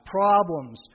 problems